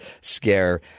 scare